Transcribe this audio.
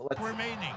Remaining